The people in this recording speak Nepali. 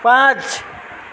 पाँच